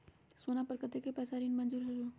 सोना पर कतेक पैसा ऋण मंजूर होलहु?